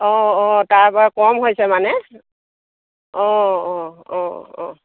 অঁ অঁ তাৰপৰা কম হৈছে মানে অঁ অঁ অঁ অঁ